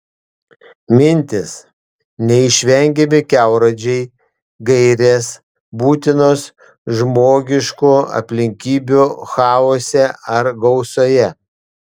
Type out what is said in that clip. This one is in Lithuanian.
mintys neišvengiami kelrodžiai gairės būtinos žmogiškų aplinkybių chaose ar gausoje